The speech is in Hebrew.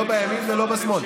לא בימין ולא בשמאל.